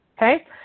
Okay